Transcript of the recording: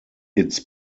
its